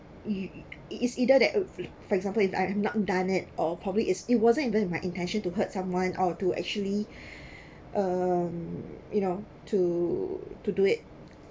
you it is either that f~ for example if I have not done it or probably is it wasn't even my intention to hurt someone or to actually um you know to to do it